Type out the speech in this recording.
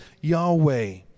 Yahweh